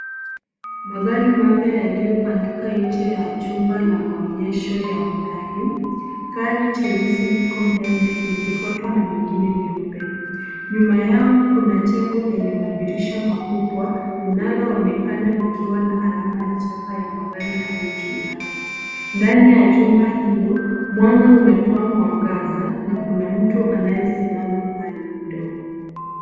Magari mapya yaliyopangika nje ya chumba la maonyesho ya Hyundai. Gari jeusi liko mbele likifuatwa na mengine meupe. Nyuma yao kuna jengo lenye madirisha makubwa linalo onekana likiwa na alama ya chapa ya magari hayo juu yake. Ndani ya chumba hilo, mwanga unatoa mwangaza na kuna mtu anaye simama mbali kidogo.